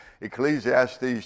Ecclesiastes